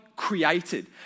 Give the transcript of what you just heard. Created